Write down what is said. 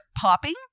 popping